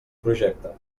projecte